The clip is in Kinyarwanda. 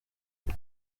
aho